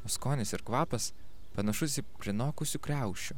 skonis ir kvapas panašus į prinokusių kriaušių